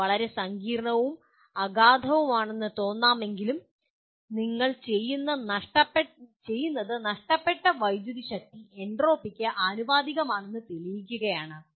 ഇത് വളരെ സങ്കീർണ്ണവും അഗാധവുമാണെന്ന് തോന്നാമെങ്കിലും നിങ്ങൾ ചെയ്യുന്നത് നഷ്ടപ്പെട്ട വൈദ്യുതിശക്തി എൻട്രോപ്പിക്ക് ആനുപാതികമാണെന്ന് തെളിയിക്കുകയാണ്